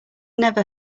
never